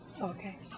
okay